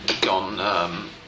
gone